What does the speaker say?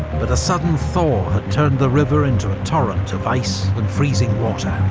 but a sudden thaw had turned the river into a torrent of ice and freezing water.